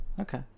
Okay